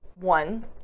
One